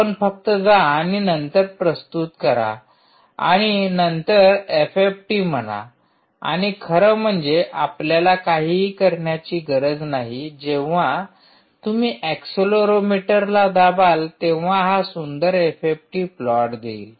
आपण फक्त जा आणि नंतर प्रस्तुत करा आणि नंतर आपण एफएफटी म्हणा आणि खरं म्हणजे आपल्याला काहीही करण्याची गरज नाही जेंव्हा तुम्ही एक्सेलरोमीटरला दाबाल तेंव्हा हा सुंदर एफएफटी प्लॉट देईल